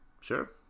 sure